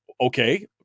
okay